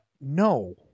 no